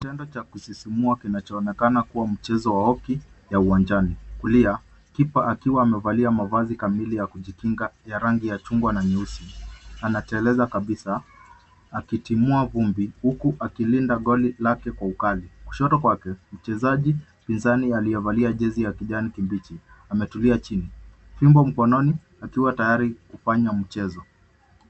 Kitendo cha kusisimua kinachoonekana kuwa mchezo wa hoki ya uwanjani. Kulia kipa akiwa amevalia mavazi kamili ya kujikinga ya rangi ya chungwa na nyeusi anateleza kabisa akitimua vumbi huku akilinda goli lake kwa ukali. Kushoto kwake mchezaji pinzani aliyevalia jezi ya kijani kibichi ametulia chini fimbo mkononi akiwa tayari kufanya mchezo.